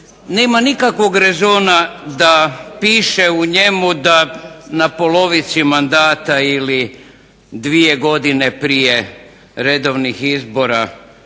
Nema nikakvog rezona da piše u njemu da na polovici mandata ili dvije godine prije redovnih izbora